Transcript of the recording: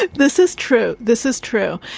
ah this is true. this is true.